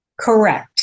Correct